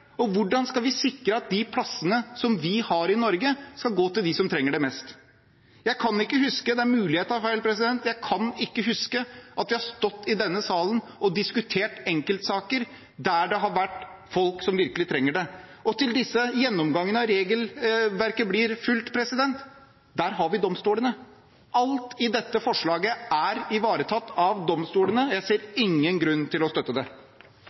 og hvordan skal vi sikre at de plassene vi har i Norge, skal gå til dem som trenger det mest? Det er mulig jeg tar feil, men jeg kan ikke huske at vi har stått i denne salen og diskutert enkeltsaker der det har vært folk som virkelig trenger det. Til disse gjennomgangene av om regelverket blir fulgt: Der har vi domstolene. Alt i dette forslaget er ivaretatt av domstolene, og jeg ser ingen grunn til å støtte det.